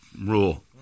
rule